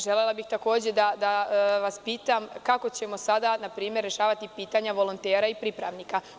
Želela bih takođe da vas pitam - kako ćemo sada na primer rešavati pitanja volontera i pripravnika?